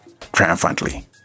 triumphantly